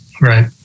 Right